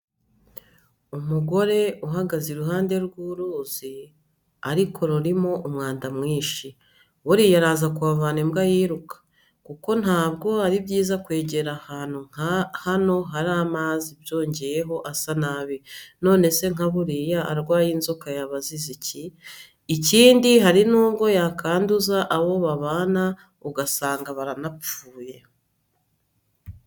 Umugore uhagaze iruhande rw'uruzi ariko rurimo umwanda mwinshi, buriya araza kuhavana imbwa yiruka, kuko ntabwo ari byiza kwegera ahantu nka hano hari amazi byongeyeho asa nabi, none se nka buriya arwaye inzoka yaba azize iki? Ikindi hari nubwo yakanduza abo babana ugasanga baranapfuye.